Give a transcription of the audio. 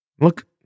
Look